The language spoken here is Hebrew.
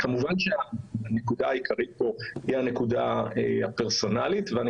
כמובן שהנקודה העיקרית כאן היא הנקודה הפרסונלית ואני